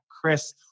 Chris